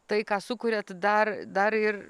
tai ką sukuriat dar dar ir